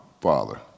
father